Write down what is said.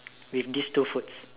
with this two foods